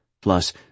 plus